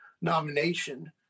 nomination